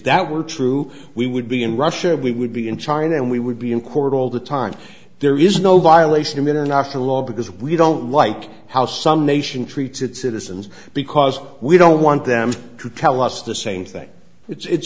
that were true we would be in russia or we would be in china and we would be in court all the time there is no violation of international law because we don't like how some nation treats its citizens because we don't want them to tell us the same thing it's